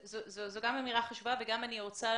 זו גם אמירה חשובה וגם אני רוצה